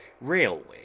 RAILWAY